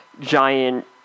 giant